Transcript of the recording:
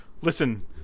listen